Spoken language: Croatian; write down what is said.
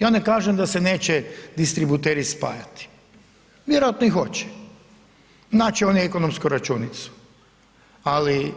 Ja ne kažem da se neće distributeri spajati, vjerojatno i hoće, naći će oni ekonomsku računicu, ali